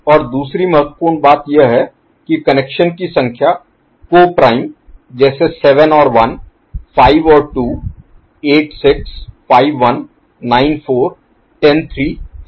और दूसरी महत्वपूर्ण बात यह है कि कनेक्शन की संख्या को प्राइम जैसे 7 और 1 5 और 2 8 6 5 1 9 4 10 3 है